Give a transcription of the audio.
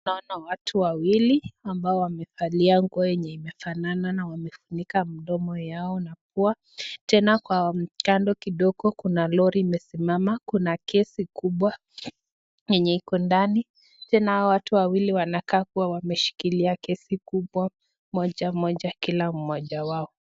Naona watu wawili wamevalia nguo yenye imefanana na wamefunika mdomo yao na pua. Kwa kando kidogo kuna lori imesimama kuna gesi kubwa iko ndani tena hawa watu wanakaa kua wameshikilia gesi kubwa moja moja kila mmoja wao.